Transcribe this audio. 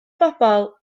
bobl